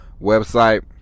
website